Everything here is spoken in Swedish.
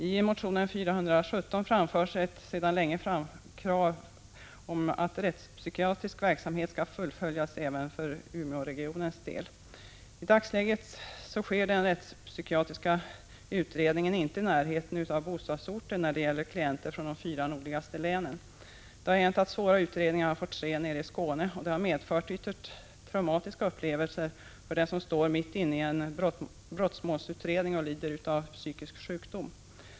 I motion S0417 framförs ett sedan länge ställt krav om att rättspsykiatrisk verksamhet skall fullföljas även för Umeåregionens del. I dagsläget sker den rättspsykiatriska utredningen inte i närheten av bostadsorten när det gäller klienter från de fyra nordligaste länen. Det har hänt att svåra utredningar har fått ske nere i Skåne. Det har medfört ytterst traumatiska upplevelser för den som står mitt i en brottmålsutredning och lider av psykisk sjukdom.